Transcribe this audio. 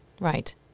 Right